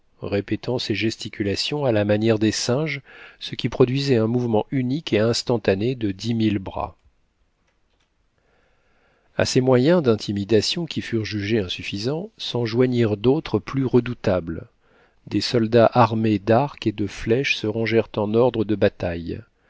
répétant ses gesticulations à la manière des singes ce qui produisait un mouvement unique et instantané de dix mille bras a ces moyens d'intimidation qui furent jugés insuffisants s'en joignirent d'autres plus redoutables des soldats armés d'arcs et de flèches se rangèrent en ordre de bataille